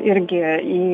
irgi į